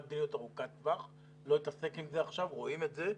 מדיניות ארוכת טווח לא אתעסק בזה עכשיו רואים את זה,